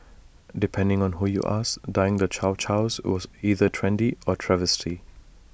depending on who you ask dyeing the chow Chows was either trendy or A travesty